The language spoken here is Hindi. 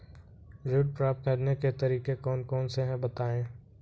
ऋण प्राप्त करने के तरीके कौन कौन से हैं बताएँ?